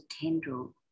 tendril